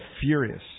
furious